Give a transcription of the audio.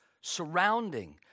surrounding